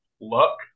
luck